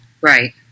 right